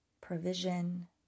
provision